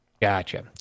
Gotcha